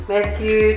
Matthew